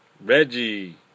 Reggie